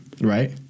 right